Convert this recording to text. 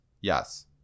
Yes